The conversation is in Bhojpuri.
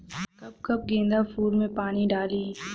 कब कब गेंदा फुल में पानी डाली?